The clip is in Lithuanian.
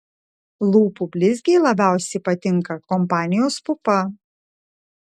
lūpų blizgiai labiausiai patinka kompanijos pupa